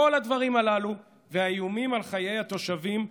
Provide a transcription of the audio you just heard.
כל הדברים הללו והאיומים על חיי התושבים,